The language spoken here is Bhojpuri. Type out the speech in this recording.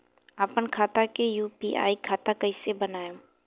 आपन खाता के यू.पी.आई खाता कईसे बनाएम?